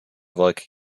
werke